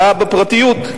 בפרטיות,